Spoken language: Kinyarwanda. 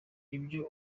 ibyo